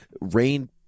Rain